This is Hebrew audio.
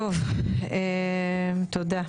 תודה.